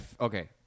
okay